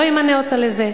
לא ימנה אותה לזה.